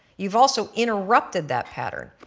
you've also interrupted that pattern.